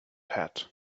hat